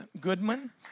Goodman